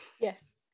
Yes